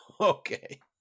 Okay